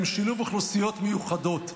עם שילוב אוכלוסיות מיוחדות.